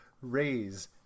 raise